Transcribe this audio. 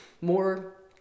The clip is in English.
more